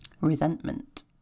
resentment